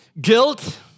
guilt